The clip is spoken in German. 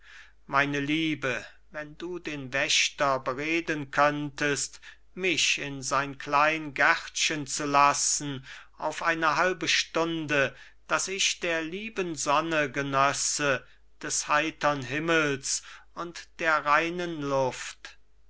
meine liebe wenn du den wächter bereden könntest mich in sein klein gärtchen zu lassen auf eine halbe stunde daß ich der lieben sonne genösse des heitern himmels und der reinen luft